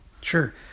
sure